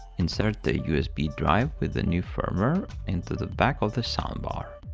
insert the usb drive with the new firmware into the back of the soundbar.